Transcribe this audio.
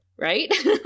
right